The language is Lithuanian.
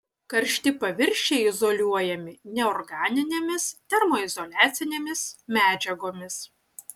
karšti paviršiai izoliuojami neorganinėmis termoizoliacinėmis medžiagomis